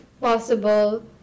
possible